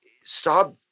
stop